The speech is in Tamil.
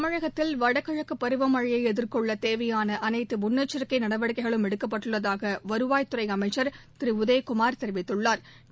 தமிழகத்தில் வடகிழக்குபருவமழையைஎதிர்கொள்ளதேவையானஅனைத்துமுன்னெச்சரிக்கைநடவடிக்கைகளும் எடுக்கப்பட்டுள்ளதாகவருவாய்த்துறைஅமைச்சா் திருஉதயகுமாா் தெரிவித்துள்ளாா்